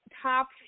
top